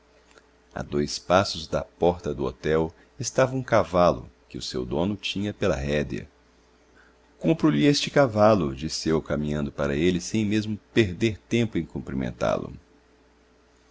a dois passos da porta do hotel estava um cavalo que o seu dono tinha pela rédea compro lhe este cavalo disse eu caminhando para ele sem mesmo perder tempo em cumprimentá-lo